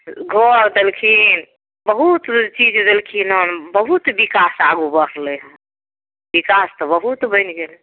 घर देलखिन बहुत चीज देलखिन हँ बहुत बिकास आगू बढलै हँ बिकास तऽ बहुत बनि गेलै